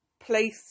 place